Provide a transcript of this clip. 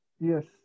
Yes